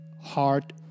Heart